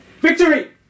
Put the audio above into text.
Victory